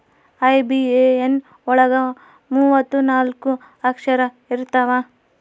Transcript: IBAN ಒಳಗ ಮೂವತ್ತು ನಾಲ್ಕ ಅಕ್ಷರ ಇರ್ತವಾ